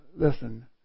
listen